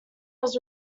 was